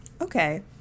Okay